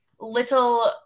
little